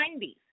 90s